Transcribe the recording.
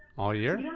all year?